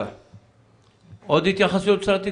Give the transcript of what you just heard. משרד התקשורת, עוד התייחסות?